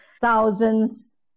thousands